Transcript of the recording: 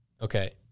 okay